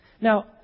Now